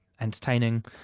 entertaining